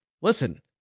listen